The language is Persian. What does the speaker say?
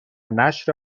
نشر